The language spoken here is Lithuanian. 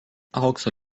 aukso